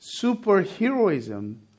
superheroism